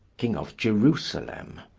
king of jerusalem.